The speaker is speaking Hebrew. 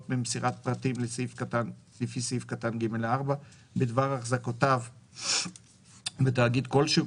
ממסירת פרטים לפי סעיף קטן (ג)(4) בדבר החזקותיו בתאגיד כלשהו,